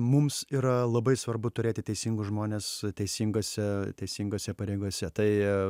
mums yra labai svarbu turėti teisingus žmones teisingose teisingose pareigose tai